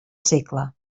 segle